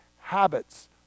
habits